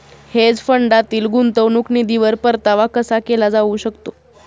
Hedge फंडातील गुंतवणूक निधीवर परतावा कसा केला जाऊ शकतो?